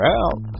out